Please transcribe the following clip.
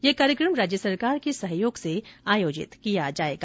ये कार्यक्रम राज्य सरकार के सहयोग से आयोजित किया जायेगा